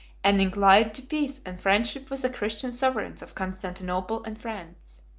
and inclined to peace and friendship with the christian sovereigns of constantinople and france.